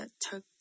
took